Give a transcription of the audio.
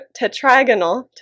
tetragonal